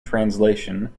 translation